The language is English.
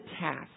task